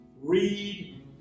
Read